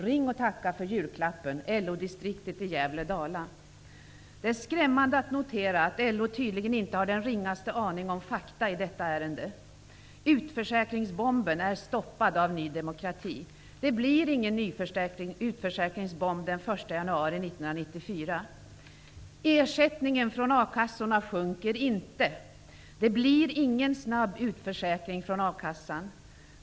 Ring och tacka för julklappen! LO-distriktet i Gävle-Dala.'' Det är skrämmande att notera att LO tydligen inte har den ringaste aning om fakta i detta ärende. Utförsäkringsbomben är stoppad av Ny demokrati. Det blir ingen utförsäkringsbomb den 1 januari Ersättningen från a-kassorna sjunker inte. Det blir ingen snabb utförsäkring från a-kassan.